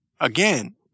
Again